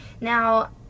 Now